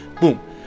Boom